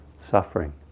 suffering